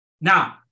Now